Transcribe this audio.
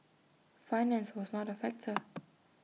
finance was not A factor